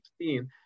2016